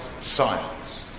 science